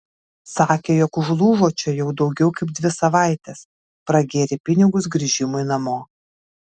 sakė jog užlūžo čia jau daugiau kaip dvi savaites pragėrė pinigus grįžimui namo